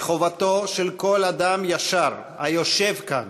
מחובתו של כל אדם ישר היושב כאן,